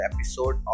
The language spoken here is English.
episode